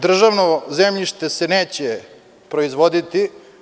Državno zemljište se neće proizvoditi.